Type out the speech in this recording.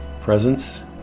presence